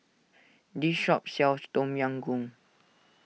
this shop sells Tom Yam Goong